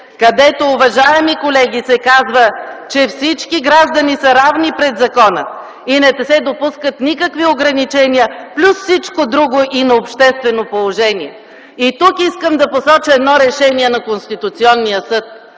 където, уважаеми колеги, се казва, че всички граждани са равни пред закона и не се допускат никакви ограничения, плюс всичко друго, и на обществено положение. И тук искам да посоча едно решение на Конституционния съд